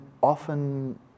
often